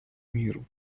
міру